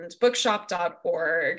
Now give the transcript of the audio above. bookshop.org